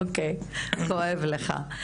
אוקי, כואב לך.